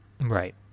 right